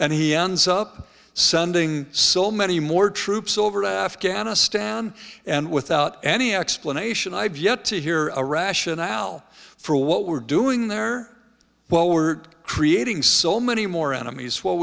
and he ends up sending so many more troops over afghanistan and without any explanation i've yet to hear a rationale for what we're doing there while we're creating so many more enemies w